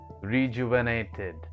rejuvenated